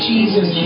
Jesus